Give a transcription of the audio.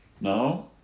No